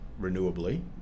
renewably